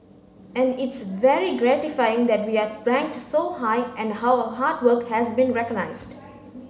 and it's very gratifying that we are ranked so high and our hard work has been recognised